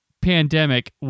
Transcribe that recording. pandemic